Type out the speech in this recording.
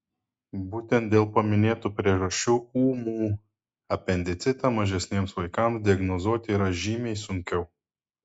būtent dėl paminėtų priežasčių ūmų apendicitą mažesniems vaikams diagnozuoti yra žymiai sunkiau